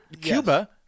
Cuba